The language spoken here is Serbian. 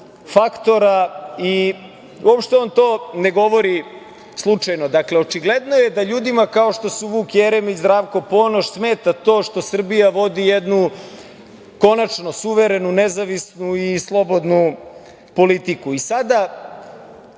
faktora i uopšte on to ne govori slučajno. Dakle, očigledno je da ljudima kao što su Vuk Jeremić i Zdravko Ponoš smeta to što Srbija vodi jednu konačno suverenu, nezavisnu i slobodnu politiku. Sada